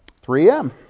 three m.